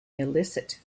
illicit